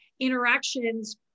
interactions